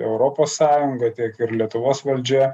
europos sąjunga tiek ir lietuvos valdžia